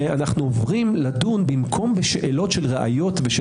שאנחנו עוברים לדון במקום בשאלות של ראיות ושל